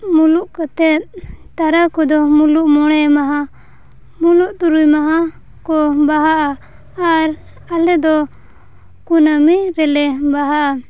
ᱢᱩᱞᱩᱜ ᱠᱟᱛᱮᱫ ᱛᱟᱨᱟ ᱠᱚᱫᱚ ᱢᱩᱞᱩᱜ ᱢᱚᱬᱮ ᱢᱟᱦᱟ ᱢᱩᱞᱩᱜ ᱛᱩᱨᱩᱭ ᱢᱟᱦᱟ ᱠᱚ ᱵᱟᱦᱟᱜᱼᱟ ᱟᱨ ᱟᱞᱮᱫᱚ ᱠᱩᱱᱟᱹᱢᱤ ᱨᱮᱞᱮ ᱵᱟᱦᱟᱜᱼᱟ